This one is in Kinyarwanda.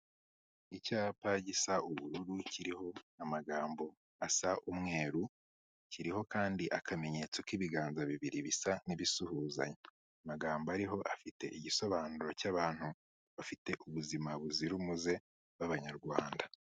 Icyapa gisa ubururu kiriho amagambo asa umweru, kiriho kandi akamenyetso k'ibiganza bibiri bisa n'ibisuhuzanya, amagamboga ariho afite igisobanuro cy'abantu bafite ubuzima buzira umuze b'Abanyarwanda.